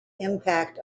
impact